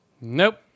Nope